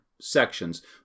sections